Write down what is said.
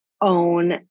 own